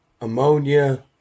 ammonia